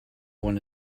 one